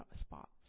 spots